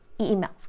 email